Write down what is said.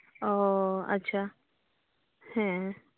ᱚᱻ ᱟᱪᱪᱷᱟ ᱦᱮᱸ